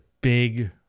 big